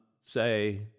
say